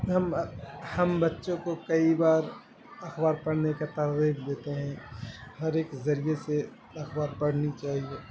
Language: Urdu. ہم ہم بچوں کو کئی بار اخبار پڑھنے کا ترغیب دیتے ہیں ہر ایک ذریعے سے اخبار پڑھنا چاہیے